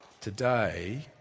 Today